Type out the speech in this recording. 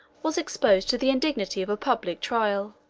was exposed to the indignity of a public trial.